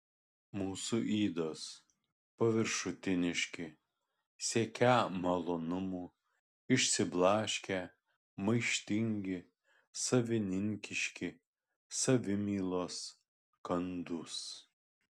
mūsų ydos paviršutiniški siekią malonumų išsiblaškę maištingi savininkiški savimylos kandūs